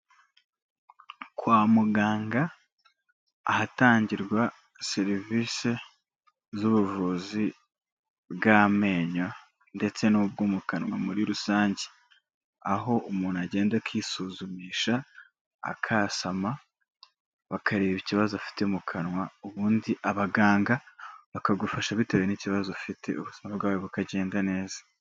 Kwa muganga ahatangirwa serivisi z'ubuvuzi bw'amenyo ndetse n'ubwo mu kanwa muri rusange. Aho umuntu agenda akisuzumisha akasama bakareba ikibazo afite mu kanwa, ubundi abaganga bakagufasha bitewe n'ikibazo ufite ubuzima bwawe bukagenda neza.